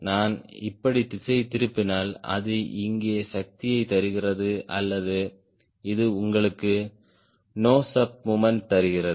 நான் இப்படி திசைதிருப்பினால் அது இங்கே சக்தியைத் தருகிறது அல்லது இது உங்களுக்கு நோஸ் அப் மொமென்ட் தருகிறது